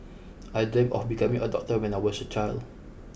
I dreamt of becoming a doctor when I was a child